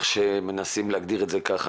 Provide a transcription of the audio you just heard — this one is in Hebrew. כפי שמנסים להגדיר את זה כך,